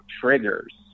triggers